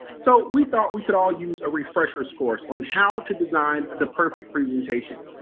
so, we thought we could all use a refresher's course on how to design the perfect presentation.